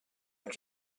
were